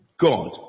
God